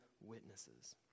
witnesses